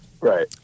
right